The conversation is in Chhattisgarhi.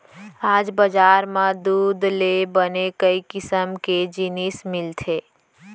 आज बजार म दूद ले बने कई किसम के जिनिस मिलथे